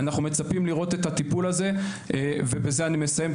אנחנו מצפים לראות את הטיפול הזה ובזה אני מסיים,